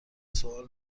سوال